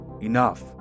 Enough